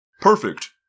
Perfect